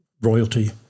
royalty